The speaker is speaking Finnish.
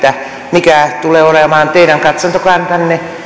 mikä tulee olemaan teidän katsantokantanne